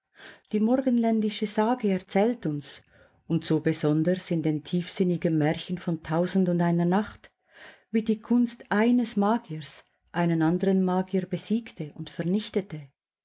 die morgenländische sage erzählt uns und so besonders in den tiefsinnigen märchen von tausend und eine nacht wie die kunst eines magiers einen anderen magier besiegte und vernichtete